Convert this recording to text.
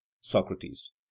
Socrates